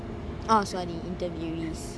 ah sorry interviewees